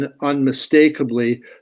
unmistakably